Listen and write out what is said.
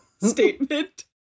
statement